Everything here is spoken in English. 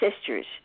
sisters